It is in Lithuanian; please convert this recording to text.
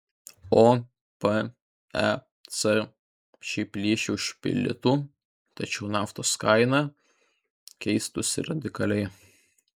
opec šį plyšį užpildytų tačiau naftos kaina keistųsi radikaliai